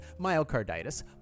myocarditis